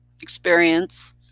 experience